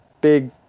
big